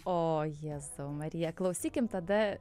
o jėzau marija klausykim tada